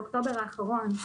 באוקטובר האחרון,